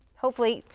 hopefully,